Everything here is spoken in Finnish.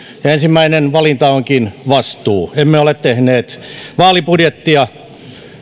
ensimmäinen valinta onkin vastuu emme ole tehneet vaalibudjettia